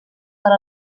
per